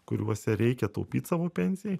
kuriuose reikia taupyt savo pensijai